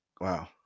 Wow